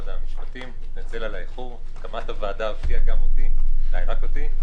הקמת הוועדה הפתיעה גם אותי, אולי רק אותי,